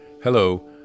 Hello